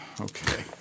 Okay